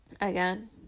Again